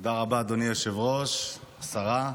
תודה רבה, אדוני היושב-ראש, השרה.